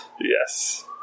Yes